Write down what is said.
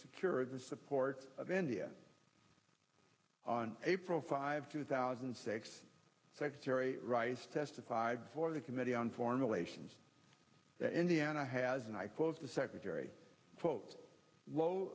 secure the support of india on april five two thousand and six secretary rice testify before the committee on foreign relations indiana has and i close the secretary